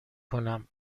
کنم